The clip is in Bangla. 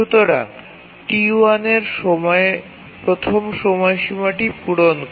সুতরাং T1 এর প্রথম সময়সীমাটি পূরণ করে